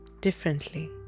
differently